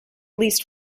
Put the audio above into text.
least